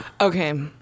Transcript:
Okay